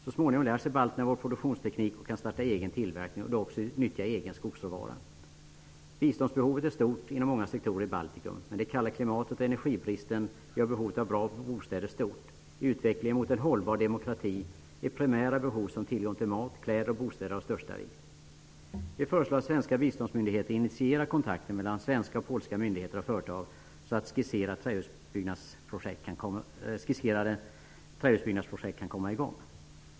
Så småningom lär sig balterna vår produktionsteknik och kan starta egen tillverkning och då också nyttja egen skogsråvara. Biståndsbehovet är stort inom många sektorer i Baltikum. Det kalla klimatet och energibristen gör behovet av bra bostäder stort. I utvecklingen mot en hållbar demokrati är primära behov som tillgång till mat, kläder och bostäder av största vikt. Vi föreslår att svenska biståndsmyndigheter initierar kontakter mellan svenska och polska myndigheter och företag så att skisserade trähusbyggnadsprojekt kan komma i gång.